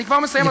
אני כבר מסיים,